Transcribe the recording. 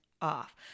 off